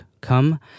come